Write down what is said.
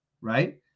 right